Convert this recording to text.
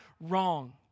wrong